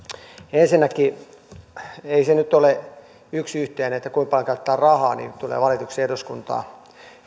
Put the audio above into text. ensinnäkään ei se nyt ole yksi yhteen kuinka paljon käyttää rahaa että tulee valituksi eduskuntaan